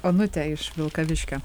onutę iš vilkaviškio